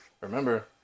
Remember